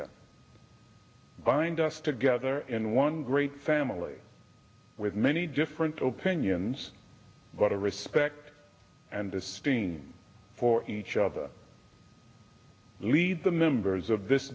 anger bind us together in one great family with many different opinions but a respect and esteem for each other lead the members of this